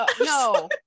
no